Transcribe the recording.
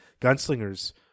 gunslinger's